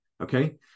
okay